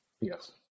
yes